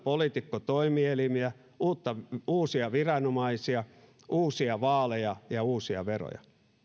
poliitikkotoimielimiä uusia viranomaisia uusia vaaleja ja uusia veroja